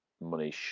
money